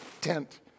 tent